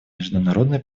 международной